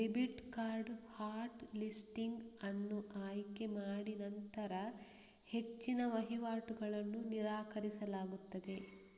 debit card hot listing ಅನ್ನು ಆಯ್ಕೆ ಮಾಡಿನಂತರ ಹೆಚ್ಚಿನ ವಹಿವಾಟುಗಳನ್ನು ನಿರಾಕರಿಸಲಾಗುತ್ತದೆ